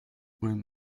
ulm